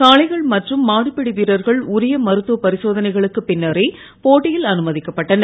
காளைகள் மற்றும் மாடுபிடி வீரர்கள் உரிய மருத்துவப் பரிசோதனைகளுக்குப் பின்னரே போட்டியில் அனுமதிக்கப்பட்டனர்